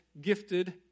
gifted